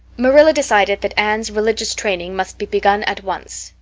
marilla decided that anne's religious training must be begun at once.